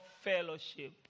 fellowship